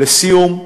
לסיום,